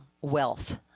wealth